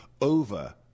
over